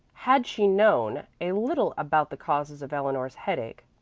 had she known a little about the causes of eleanor's headache.